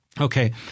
Okay